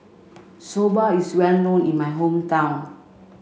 Soba is well known in my hometown